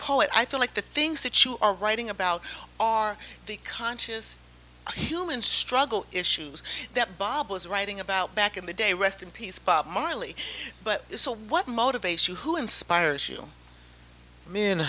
poet i feel like the things that you are writing about or the conscious human struggle issues that bob was writing about back in the day rest in peace bob marley but so what motivates you who inspires you